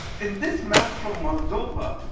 in this map from moldova,